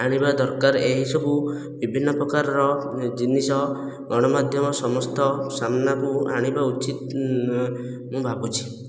ଆଣିବା ଦରକାର ଏହି ସବୁ ବିଭିନ୍ନ ପ୍ରକାରର ଜିନିଷ ଗଣମାଧ୍ୟମ ସମସ୍ତ ସାମ୍ନାକୁ ଆଣିବା ଉଚିତ ମୁଁ ଭାବୁଛି